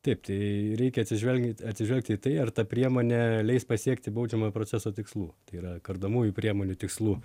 taip tai reikia atsižvelgiant atsižvelgti į tai ar ta priemonė leis pasiekti baudžiamojo proceso tikslų tai yra kardomųjų priemonių tikslų